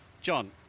John